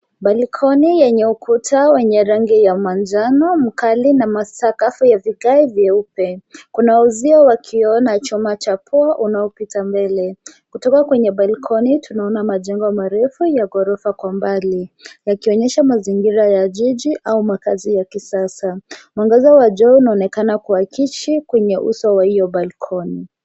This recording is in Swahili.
Balkoni yenye ukuta wenye rangi ya manjano mkali na masakafu ya vigae vyeupe. Kuna uzio wa kioo na chuma cha poa unaopita mbele. Kutoka kwenye balkoni tunaona majengo marefu ya ghorofa kwa mbali yakionyesha mazingira ya jiji au makazi ya kisasa. Mwangaza wa jua unaonekana kuakisi kwenye uso wa hiyo balkoni.